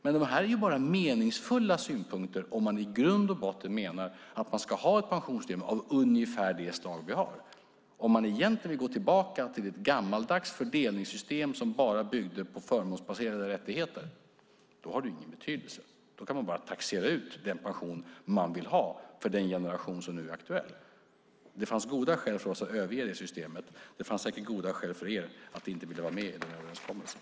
Men det här är bara meningsfulla synpunkter om man i grund och botten menar att vi ska ha ett pensionssystem av ungefär det slag vi har. Om man egentligen vill gå tillbaka till ett gammaldags fördelningssystem som bara bygger på förmånsbaserade rättigheter har det ingen betydelse. Då kan man bara taxera ut den pension man vill ha för den generation som är aktuell. Det fanns goda skäl för oss att överge det systemet. Och det fanns säkert goda skäl för er att inte vilja vara med i den överenskommelsen.